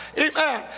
amen